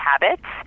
habits